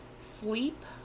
sleep